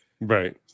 right